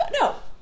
No